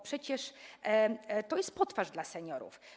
Przecież to jest potwarz dla seniorów.